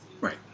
right